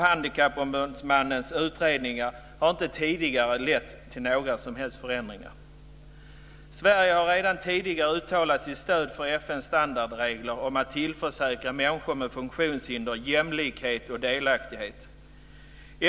Handikappombudsmannens utredningar har inte lett till några som helst förändringar. Sverige har redan tidigare uttalat sitt stöd för FN:s standardregler om att tillförsäkra människor med funktionshinder jämlikhet och delaktighet.